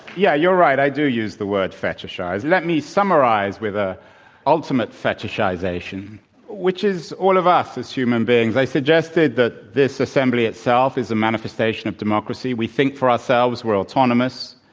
yeah, you're right. i do use the word fetishize. let me summarize with my ah ultimate fetishization which is all of us as human beings. i suggested that this assembly itself is a manifestation of democracy. we think for ourselves we're autonomous.